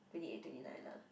twenty eight twenty nine lah